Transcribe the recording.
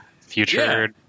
Future